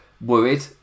worried